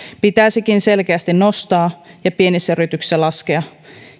pitäisikin selkeästi nostaa ja pienissä yrityksissä laskea